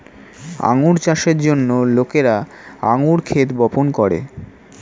আঙ্গুর চাষের জন্য লোকেরা আঙ্গুর ক্ষেত বপন করে